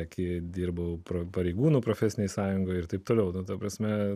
sakė dirbau pro pareigūnų profesinė sąjunga ir taip toliau ta prasme